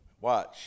Watch